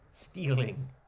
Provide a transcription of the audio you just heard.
stealing